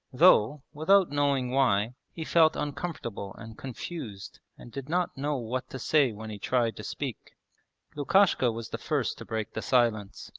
though, without knowing why, he felt uncomfortable and confused and did not know what to say when he tried to speak lukashka was the first to break the silence.